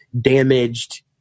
damaged